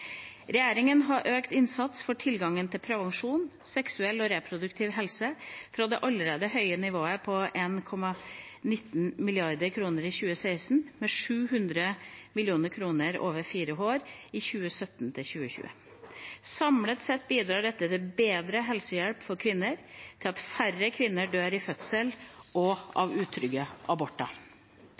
Regjeringa har økt innsatsen for tilgang til prevensjon og for seksuell og reproduktiv helse – fra det allerede høye nivået på 1,19 mrd. kroner i 2016 – med 700 mill. kr over fire år, i 2017–2020. Samlet sett bidrar dette til bedre helsehjelp for kvinner og til at færre kvinner dør i fødsel og av utrygge